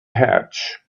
hatch